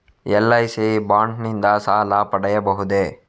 LIC bond ನಿಂದ ಸಾಲ ಪಡೆಯಬಹುದೇ?